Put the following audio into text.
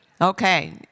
Okay